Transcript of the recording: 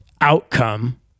outcome